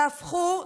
תהפכו,